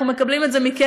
אנחנו מקבלים את זה מכם,